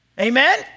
Amen